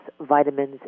vitamins